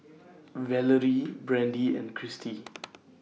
Valorie Brandee and Christy